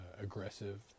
Aggressive